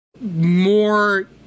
more